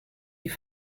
die